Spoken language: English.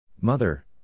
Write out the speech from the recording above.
Mother